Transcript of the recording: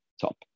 top